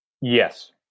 Yes